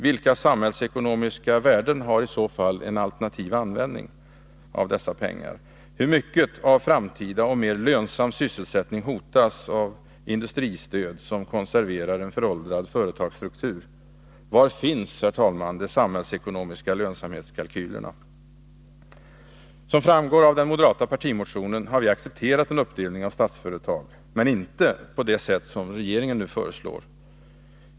Vilka samhällsekonomiska värden har i så fall en alternativ användning av dessa pengar? Hur mycket av framtida och mer lönsam sysselsättning hotas av industristöd som konserverar en föråldrad företagsstruktur? Var finns de samhällsekonomiska lönsamhetskalkylerna? Som framgår av den moderata partimotionen har vi accepterat en uppdelning av Statsföretag, men inte på det sätt som regeringen nu föreslår.